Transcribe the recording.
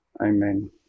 Amen